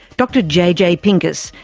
dr jj pincus,